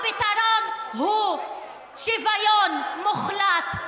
הפתרון הוא שוויון מוחלט,